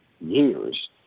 years